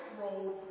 road